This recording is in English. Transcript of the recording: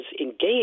engaged